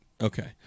okay